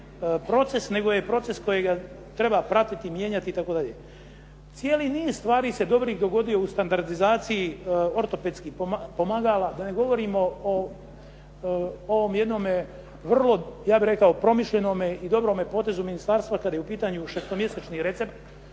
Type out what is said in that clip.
proces nego je proces kojega treba pratiti, mijenjati itd. Cijeli niz stvari se dobrih dogodio u standardizaciji ortopedskih pomagala, da ne govorimo o ovom jednom vrlo ja bih rekao promišljenome i dobrome potezu ministarstva kada je u pitanju šestomjesečni recept